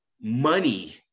money